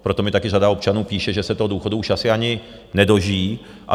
Proto mi taky řada občanů píše, že se toho důchodu už asi ani nedožijí.